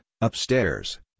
upstairs